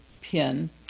pin